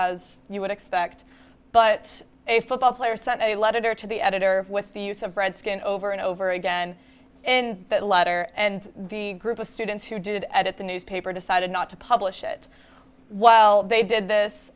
you would expect but a football player sent a letter to the editor with the use of redskin over and over again and that letter and the group of students who did at the newspaper decided not to publish it while they did this